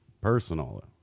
personal